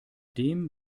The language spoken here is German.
dem